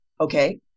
Okay